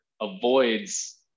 avoids